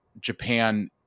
japan